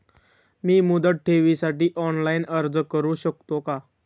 मी मुदत ठेवीसाठी ऑनलाइन अर्ज करू शकतो का?